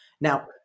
Now